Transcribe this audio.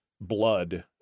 blood